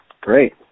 Great